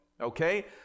okay